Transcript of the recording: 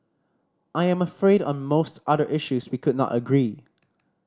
I am afraid on most other issues we could not agree